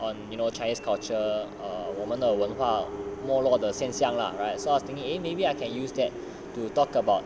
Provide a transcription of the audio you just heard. um you know chinese culture err 我们的文化没落的现象 lah right so I was thinking eh maybe I can use that to talk about